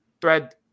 thread